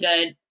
good